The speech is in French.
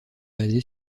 basé